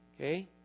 Okay